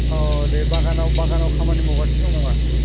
अ दे बाहानाव बागानाव खामानि मावगासिनो दङ नामा